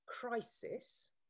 crisis